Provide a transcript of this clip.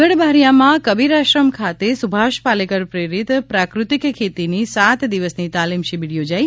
દેવગઢ બારીયમાં કબીર આશ્રમ ખાતે સુભાષ પાલેકર પ્રરિત પ્રાકૃતિક ખેતીની સાત દિવસની તાલીમ શિબિર યોજાઇ